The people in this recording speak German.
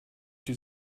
die